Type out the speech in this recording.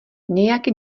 nějaký